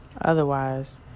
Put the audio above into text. Otherwise